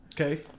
Okay